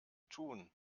tun